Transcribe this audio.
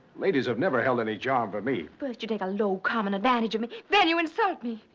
ladies have never held any charm for me. first you take a low, common advantage of me, then you insult me!